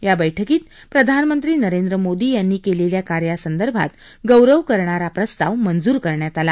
या बैठकीत प्रधानमंत्री नरेंद्र मोदी यांनी केलेल्या कार्यासंदर्भात गौरव करणारा प्रस्ताव मंजूर करण्यात आला